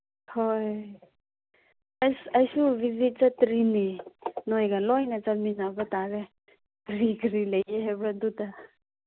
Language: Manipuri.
ꯍꯣꯏ ꯑꯩꯁ ꯑꯩꯁꯨ ꯚꯤꯖꯤꯠ ꯆꯠꯇ꯭ꯔꯤꯅꯦ ꯅꯈꯣꯏꯒ ꯂꯣꯏꯅ ꯆꯠꯃꯤꯟꯅꯕ ꯇꯥꯔꯦ ꯀꯔꯤ ꯀꯔꯤ ꯂꯩꯌꯦ ꯍꯥꯏꯕ꯭ꯔꯥ ꯑꯗꯨꯗ